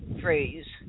phrase